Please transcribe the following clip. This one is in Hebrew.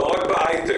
לא רק בהייטק,